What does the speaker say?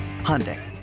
Hyundai